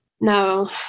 No